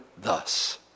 thus